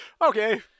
Okay